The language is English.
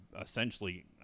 essentially